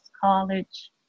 College